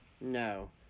No